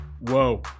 Whoa